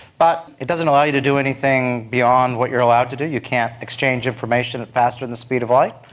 but it doesn't allow you to do anything beyond what you are allowed to do. you can't exchange information faster than the speed of light,